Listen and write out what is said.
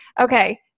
okay